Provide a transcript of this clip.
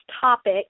topic